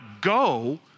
go